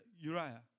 Uriah